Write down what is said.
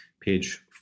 page